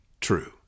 true